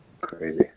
Crazy